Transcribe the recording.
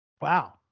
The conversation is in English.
wow